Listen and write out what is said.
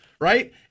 Right